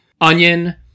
Onion